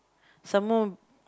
some more